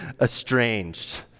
estranged